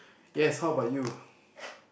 yes how about you